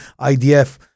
IDF